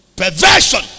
Perversion